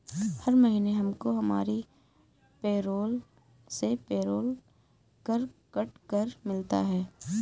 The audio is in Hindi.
हर महीने हमको हमारी पेरोल से पेरोल कर कट कर मिलता है